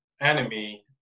enemy